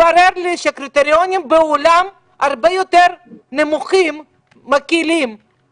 התברר לי שהקריטריונים בעולם הרבה יותר נמוכים